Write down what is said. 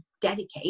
dedicate